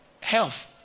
health